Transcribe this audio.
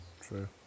True